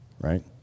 right